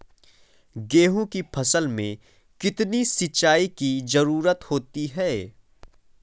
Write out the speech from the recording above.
गेहूँ की फसल में कितनी सिंचाई की जरूरत होती है?